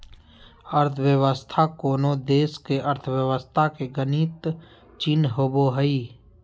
अर्थव्यवस्था कोनो देश के अर्थव्यवस्था के गणित चित्र होबो हइ